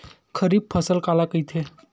खरीफ फसल काला कहिथे?